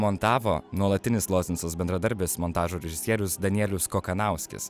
montavo nuolatinis lozinsos bendradarbis montažo režisierius danielius kokanauskis